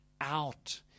out